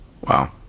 Wow